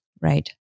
Right